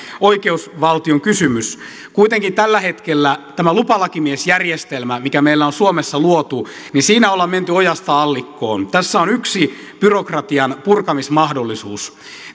oikeusvaltiokysymys kuitenkin tällä hetkellä tässä lupalakimiesjärjestelmässä mikä meillä on suomessa luotu on menty ojasta allikkoon tässä on yksi byrokratian purkamismahdollisuus